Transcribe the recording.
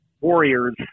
Warriors